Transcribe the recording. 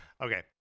okay